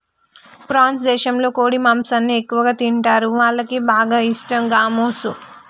France దేశంలో కోడి మాంసాన్ని ఎక్కువగా తింటరు, వాళ్లకి బాగా ఇష్టం గామోసు